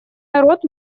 народ